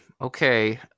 Okay